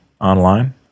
online